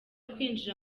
kwinjira